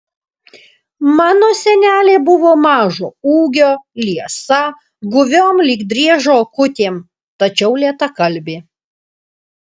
mano senelė buvo mažo ūgio liesa guviom lyg driežo akutėm tačiau lėtakalbė